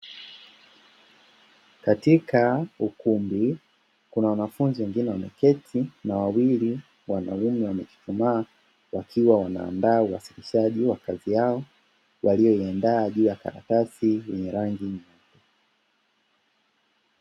Katika ukumbi Kuna wanafunzi wengine wameketi na wawili wamechuchumaa, wakiwa wanaandaa uwasilishaji wa kazi yao, waliyoiandaa juu ya karatasi yenye rangi nyeupe.